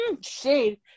Shade